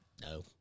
No